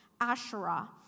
Asherah